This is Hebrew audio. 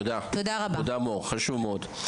תודה מור, חשוב מאוד.